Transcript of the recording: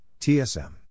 TSM